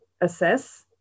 assess